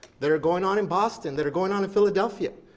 that are going on in boston, that are going on in philadelphia,